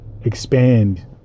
expand